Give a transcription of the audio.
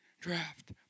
Draft